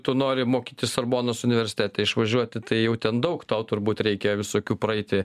tu nori mokytis sorbonos universitete išvažiuoti tai jau ten daug tau turbūt reikia visokių praeiti